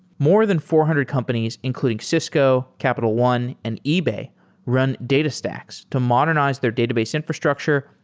more than four hundred companies including cisco, capital one, and ebay run datastax to modernize their database infrastructure,